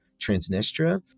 Transnistria